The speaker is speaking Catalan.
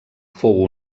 fou